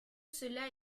cela